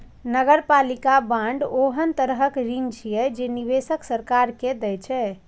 नगरपालिका बांड ओहन तरहक ऋण छियै, जे निवेशक सरकार के दै छै